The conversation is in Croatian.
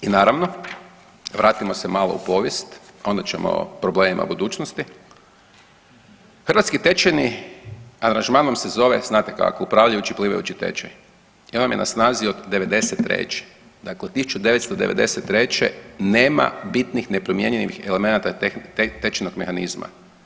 I naravno, vratimo se malo u povijest onda ćemo o problemima u budućnosti, hrvatski tečajni aranžmanom se zove znato kako upravljajući plivajući tečaj i on vam je na snazi od '93., dakle 1993. nema bitnih nepromjenjivih elemenata tečajnog mehanizma.